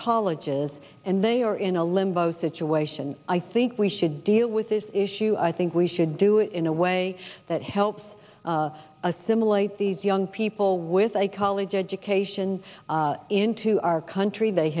colleges and they are in a limbo situ i think we should deal with this issue i think we should do it in a way that helps assimilate these young people with a college education into our country they